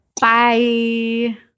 Bye